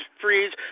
freeze